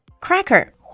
Cracker